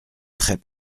très